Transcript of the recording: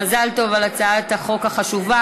מזל טוב על הצעת החוק החשובה.